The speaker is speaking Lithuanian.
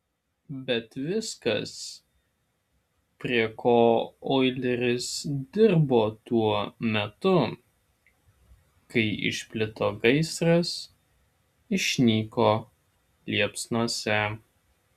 bet viskas prie ko oileris dirbo tuo metu kai išplito gaisras išnyko liepsnose